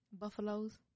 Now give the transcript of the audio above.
Buffaloes